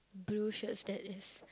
blue shirt that is